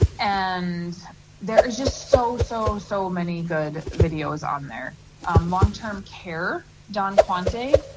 and there is just so so so many good videos on their long term care. don quanti,